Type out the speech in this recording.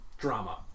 drama